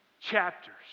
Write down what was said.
chapters